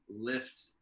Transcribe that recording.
lift